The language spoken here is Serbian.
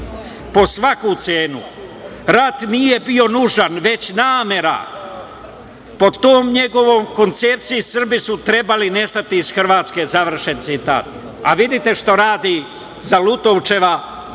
po svaku cenu. Rat nije bio nužan, već namera. Po toj njegovoj koncepciji Srbi su trebali nestati iz Hrvatske".A vidite šta radi "zalutovčeva"